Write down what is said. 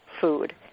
food